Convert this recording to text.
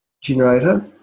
generator